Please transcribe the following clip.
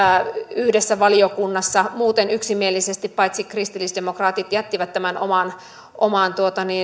yhdessä valiokunnassa muuten yksimielisesti paitsi kristillisdemokraatit jättivät tämän oman